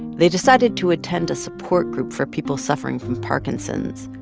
they decided to attend a support group for people suffering from parkinson's.